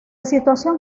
situación